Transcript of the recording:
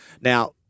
Now